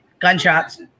Gunshots